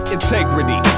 Integrity